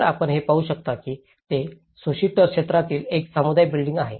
तर आपण जे पाहू शकता ते सोरिटर क्षेत्रातील एक समुदाय बिल्डिंग आहे